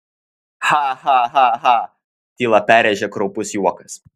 ha ha ha ha tylą perrėžė kraupus juokas